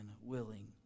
willing